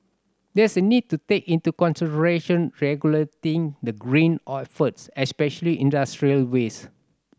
there is a need to take into consideration regulating the green efforts especially industrial waste